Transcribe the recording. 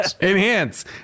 enhance